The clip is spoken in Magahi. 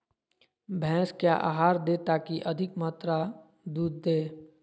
भैंस क्या आहार दे ताकि अधिक मात्रा दूध दे?